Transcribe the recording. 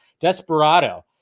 Desperado